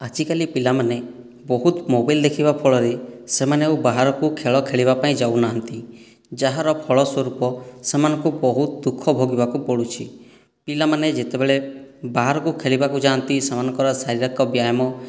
ଆଜି କାଲି ପିଲାମାନେ ବହୁତ ମୋବାଇଲ ଦେଖିବା ଫଳରେ ସେମାନେ ଆଉ ବାହାରକୁ ଖେଳ ଖେଳିବା ପାଇଁ ଯାଉନାହାନ୍ତି ଯାହାର ଫଳ ସ୍ୱରୂପ ସେମାନଙ୍କୁ ବହୁତ ଦୁଃଖ ଭୋଗିବାକୁ ପଡ଼ୁଛି ପିଲାମାନେ ଯେତେବେଳେ ବାହାରକୁ ଖେଳିବାକୁ ଯାଆନ୍ତି ସେମାନଙ୍କର ଶାରୀରିକ ବ୍ୟାୟାମ